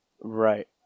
Right